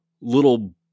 little